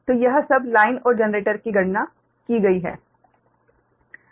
तो यह सब लाइन और जनरेटर की गणना की गई है